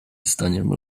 staniemy